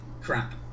crap